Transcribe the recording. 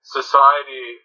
society